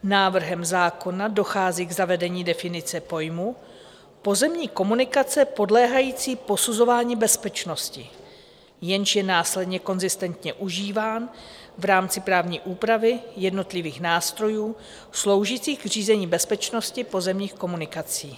Návrhem zákona dochází k zavedení definice pojmu pozemní komunikace podléhající posuzování bezpečnosti, jenž je následně konzistentně užíván v rámci právní úpravy jednotlivých nástrojů sloužících k řízení bezpečnosti pozemních komunikací.